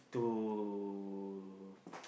to